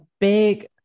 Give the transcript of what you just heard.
big